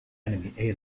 enemy